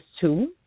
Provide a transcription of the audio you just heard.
two